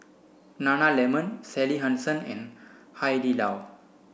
Nana Lemon Sally Hansen and Hai Di Lao